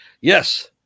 yes